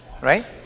right